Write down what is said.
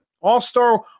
All-star